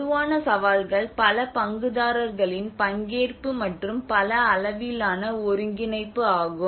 பொதுவான சவால்கள் பல பங்குதாரர்களின் பங்கேற்பு மற்றும் பல அளவிலான ஒருங்கிணைப்பு ஆகும்